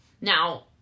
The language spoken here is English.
Now